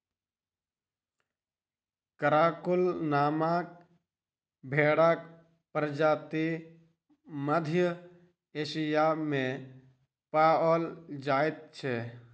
Karakul नामक भेंड़क प्रजाति मध्य एशिया मे पाओल जाइत छै